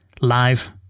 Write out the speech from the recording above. live